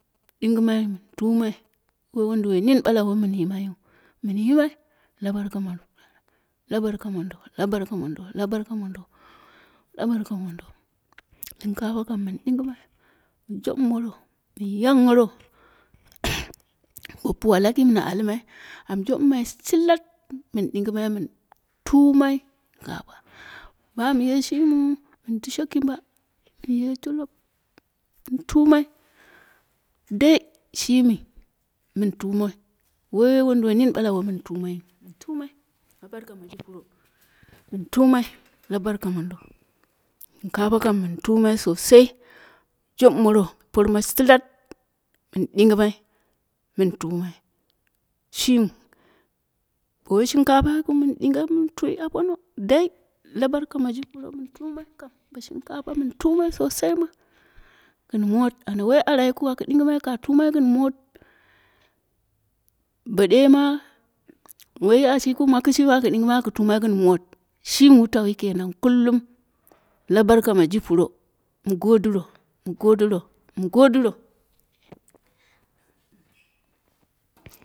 Dingimai min tumai, woi wonduwoi mini ɓala woi min yimaiyu, min yimai la barka mondo, la barka mondo, labarka mondo, la barka mondo, la barka mondo. Shinkafa kam min ɗingimai min jobumoro, yakgharo bo puwa laki min almai anjo bumai silak min ɗingimai min tumai. Bamu ye shimiu min dushe kimba, min ye jolof, min tumai dai shimi min tumai, woi wonduwoi nini ɓala wo min tumaiyu, tumai la barka ma ji pro min tumai la barka mondo shinkapa kam min tumai sosai, jobumoro porma silak min dingimai min tumai, shimi bowoi shinkapa yikiu min dinge, min twi apono dai la barka maji pro min tumai kam, bo shinkapa mi tumai sosai ma gin mot, ana woi ara yikiu aku ɗingimai ka tumai gin mot. Bo ɗe ma woi ashi yikiu kishimi aku ɗingimai aku tumai gin mot. Shimi wutau wi kenan kullum, la barka ma ji puro, mu godiro, mu godiro mu godiro